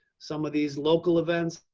some of these local events,